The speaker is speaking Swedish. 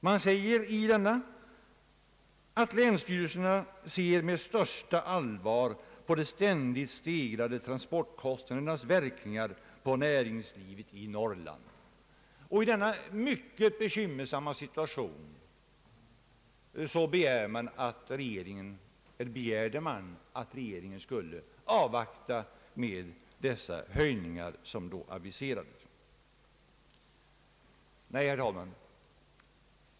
I denna skrivelse säger länsstyrelserna att de med största allvar ser på de ständigt stegrade transportkostnadernas verkningar på näringslivet i Norrland. I denna mycket bekymmersamma situation begärde länsstyrelserna att regeringen skulle vänta med de höjningar som då aviserats. Herr talman!